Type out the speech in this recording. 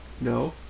No